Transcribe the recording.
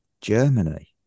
Germany